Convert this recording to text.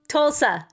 Tulsa